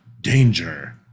danger